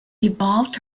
evolved